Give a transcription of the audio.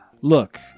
Look